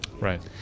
Right